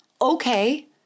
okay